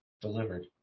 delivered